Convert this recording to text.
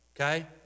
Okay